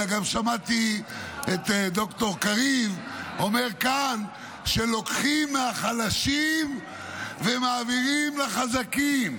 אלא גם שמעתי את ד"ר קריב אומר כאן שלוקחים מהחלשים ומעבירים לחזקים.